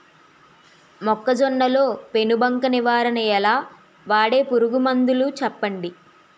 మొక్కజొన్న లో పెను బంక నివారణ ఎలా? వాడే పురుగు మందులు చెప్పండి?